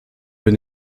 bin